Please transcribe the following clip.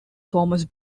thomas